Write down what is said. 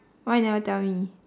why you never tell me